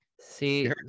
See